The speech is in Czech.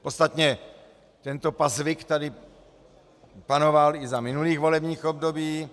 Ostatně tento pazvyk tady panoval i za minulých volebních období.